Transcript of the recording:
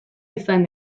izan